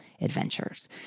adventures